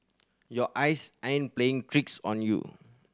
your eyes aren't playing tricks on you